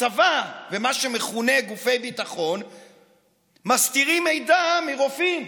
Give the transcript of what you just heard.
הצבא ומה שמכונה גופי ביטחון מסתירים מידע מרופאים.